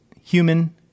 human